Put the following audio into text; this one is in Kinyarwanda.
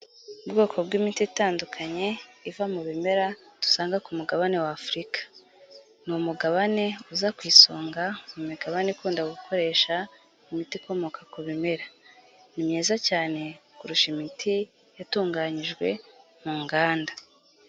Ubwoko bw'imiti itandukanye iva mu bimera dusanga ku mugabane wa Afurika. Ni umugabane uza ku isonga mu migabane ikunda gukoresha imiti ikomoka ku bimera. Ni myiza cyane kurusha imiti yatunganyijwe mu nganda.